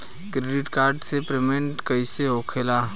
Credit card से payment कईसे होखेला?